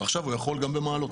עכשיו הוא יכול גם במעלות.